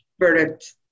verdict